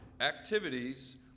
activities